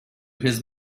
his